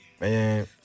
man